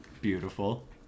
beautiful